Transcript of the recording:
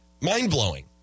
mind-blowing